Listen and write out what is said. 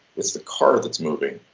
it's the car that's moving,